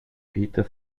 peter